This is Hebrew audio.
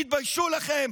תתביישו לכם.